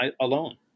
alone